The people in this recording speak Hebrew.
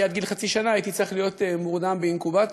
כי עד גיל חצי שנה הייתי צריך להיות מורדם באינקובטור.